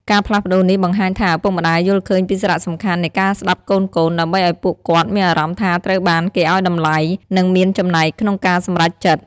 ការផ្លាស់ប្តូរនេះបង្ហាញថា ឪពុកម្ដាយយល់ឃើញពីសារៈសំខាន់នៃការស្ដាប់កូនៗ ដើម្បីឲ្យពួកគាត់មានអារម្មណ៍ថាត្រូវបានគេឲ្យតម្លៃ និងមានចំណែកក្នុងការសម្រេចចិត្ត។